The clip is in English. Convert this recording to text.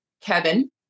kevin